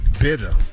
bitter